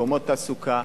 מקומות תעסוקה,